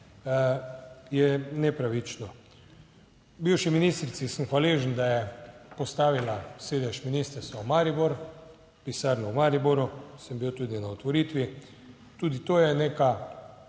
je nepravično. Bivši ministrici sem hvaležen, da je postavila sedež ministrstva v Maribor, pisarno v Mariboru, sem bil tudi na otvoritvi. Tudi to je neka